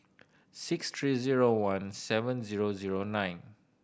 six three zero one seven zero zero nine